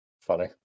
Funny